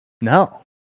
No